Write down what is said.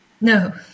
No